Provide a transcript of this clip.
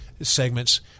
segments